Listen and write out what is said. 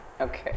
Okay